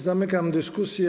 Zamykam dyskusję.